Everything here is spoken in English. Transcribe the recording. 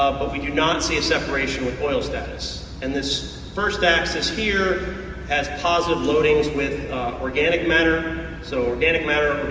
but we do not see a separation with oil status. and this first axis here has positive loadings with organic matter. so organic matter,